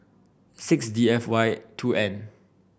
six D F Y two N